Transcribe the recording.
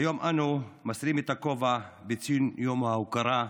היום אנו מסירים את הכובע, בציון יום ההוקרה,